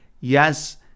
yes